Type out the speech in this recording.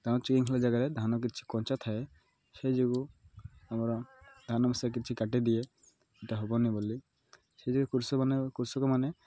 ଧାନ ଚେଞ୍ଜ ହେଇଯାଏ ଧାନ କିଛି କଞ୍ଚା ଥାଏ ସେଇ ଯୋଗୁଁ ଆମର ଧାନକୁ ସେ କିଛି କାଟିଦିଏ ଏଟା ହବନି ବୋଲି ସେ ଯୋଗୁ କୃଷକମାନେ କୃଷକମାନେ